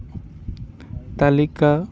ᱛᱟᱹᱞᱤᱠᱟ